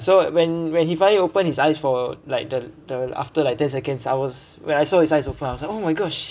so when when he finally opened his eyes for like the the after like ten seconds I was when I saw his eyes open I was like oh my gosh